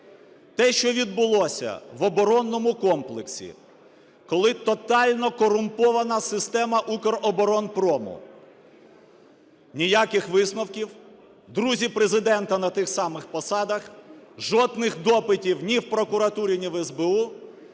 Те, що відбулося в оборонному комплексі, колитотально корумпована система "Укроборонпрому", ніяких висновків: друзі Президента на тих самих посадах, жодних допитів ні в прокуратурі, ні в СБУ.